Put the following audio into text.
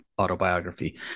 Autobiography